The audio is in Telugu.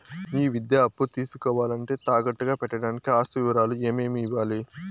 ఈ విద్యా అప్పు తీసుకోవాలంటే తాకట్టు గా పెట్టడానికి ఆస్తి వివరాలు ఏమేమి ఇవ్వాలి?